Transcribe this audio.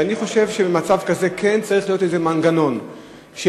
ואני חושב שבמצב כזה כן צריך להיות איזה מנגנון שיגיד,